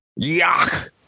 Yuck